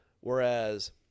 Whereas